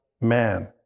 man